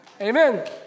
Amen